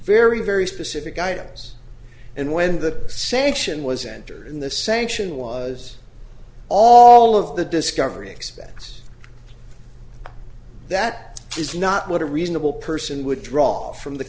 very very specific items and when the sanction was entered in the sanction was all of the discovery expects that is not what a reasonable person would draw from the